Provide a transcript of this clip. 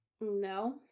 No